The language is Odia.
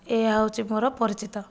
ଏହା ହେଉଛି ମୋର ପରିଚିତ